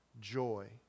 joy